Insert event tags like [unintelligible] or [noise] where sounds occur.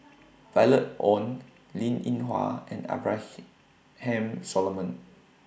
Violet Oon Linn in Hua and [unintelligible] Ham Solomon